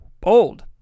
Bold